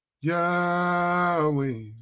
Yahweh